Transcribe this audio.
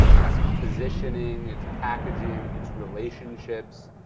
it's positioning, it's packaging, it's relationships,